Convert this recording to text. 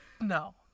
No